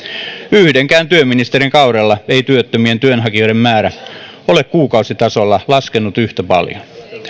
yhdenkään työministerin kaudella ei työttömien työnhakijoiden määrä ole kuukausitasolla laskenut yhtä paljon